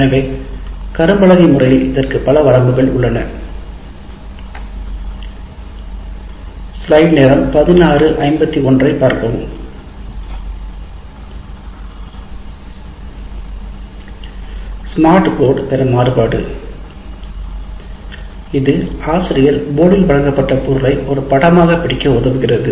எனவே கரும்பலகை முறையில் இதற்கு பல வரம்புகள் உள்ளன ஸ்மார்ட் போர்டு பிற மாறுபாடு இது ஆசிரியர் போர்டில் வழங்கப்பட்ட பொருளைப் ஒரு படமாக பிடிக்க உதவுகிறது